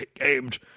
aimed